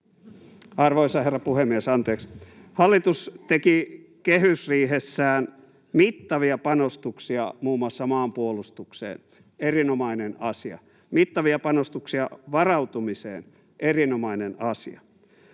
Arvoisa herra puhemies, anteeksi! Hallitus teki kehysriihessään mittavia panostuksia muun muassa maanpuolustukseen — erinomainen asia. Mittavia panostuksia varautumiseen — erinomainen asia.